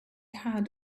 had